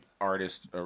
artist